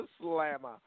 slammer